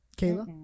Kayla